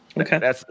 Okay